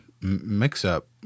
mix-up